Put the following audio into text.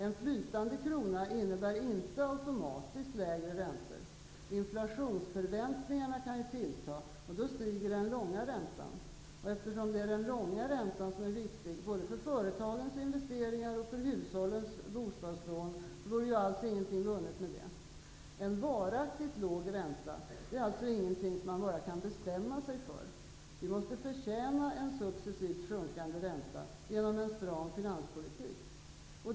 En flytande krona innebär inte automatiskt lägre räntor. Inflationsförväntningarna kan tillta, och då stiger den långa räntan. Och eftersom det är den långa räntan som är viktig för både företagens investeringar och hushållens bostadslån vore alls ingenting vunnet med detta. En varaktigt låg ränta är alltså ingenting man bara kan bestämma sig för. Vi måste förtjäna en successivt sjunkande ränta genom en stram finanspolitik.